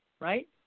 right